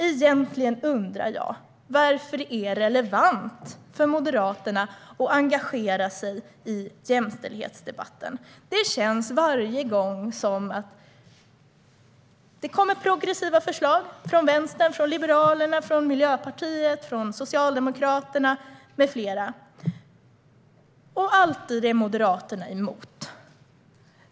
Egentligen undrar jag varför det är relevant för Moderaterna att engagera sig i jämställdhetsdebatten. Det kommer progressiva förslag från Vänstern, Liberalerna, Miljöpartiet och Socialdemokraterna med flera, men Moderaterna är alltid emot dessa förslag.